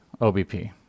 OBP